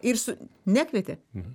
ir su nekvietė